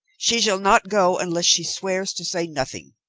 she shall not go unless she swears to say nothing.